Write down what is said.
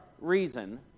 reason